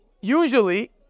Usually